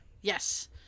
Yes